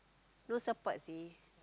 no support leh